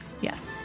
Yes